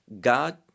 god